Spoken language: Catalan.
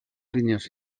línies